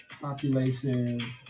population